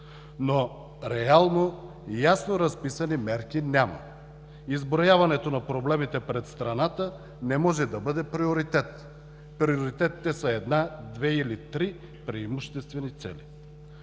Но реално разписани мерки няма. Изброяването на проблемите пред страната не може да бъде приоритет. Приоритетите са една, две или три преимуществени цели.